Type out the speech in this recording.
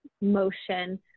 motion